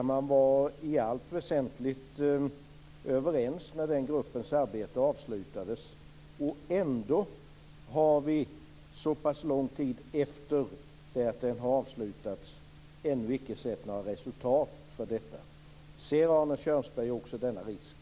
Man var i allt väsentligt överens när gruppens arbete avslutades, och ändå har vi så pass lång tid efter det att det avslutats ännu icke sett några resultat av detta. Ser Arne Kjörnsberg också denna risk?